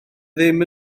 ddim